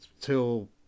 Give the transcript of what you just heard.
till